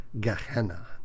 Gehenna